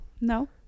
no